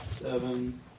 Seven